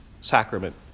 sacrament